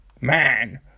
man